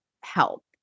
help